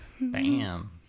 Bam